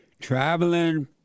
traveling